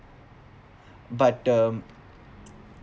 but the